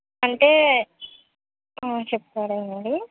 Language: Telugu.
అంటే చెప్తారా అండి